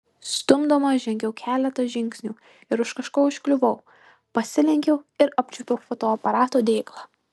stumdoma žengiau keletą žingsnių ir už kažko užkliuvau pasilenkiau ir apčiuopiau fotoaparato dėklą